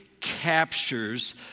captures